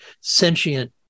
sentient